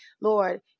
Lord